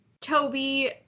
Toby